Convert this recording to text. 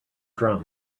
drums